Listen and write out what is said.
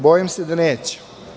Bojim se da neće.